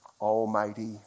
almighty